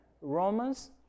Romans